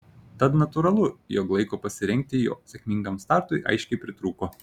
tad natūralu jog laiko pasirengti jo sėkmingam startui aiškiai pritrūko